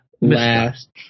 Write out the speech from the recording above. last